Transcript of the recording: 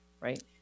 Right